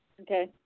Okay